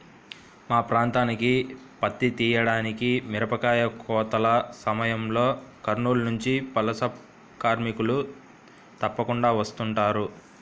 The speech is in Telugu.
మా ప్రాంతానికి పత్తి తీయడానికి, మిరపకాయ కోతల సమయంలో కర్నూలు నుంచి వలస కార్మికులు తప్పకుండా వస్తుంటారు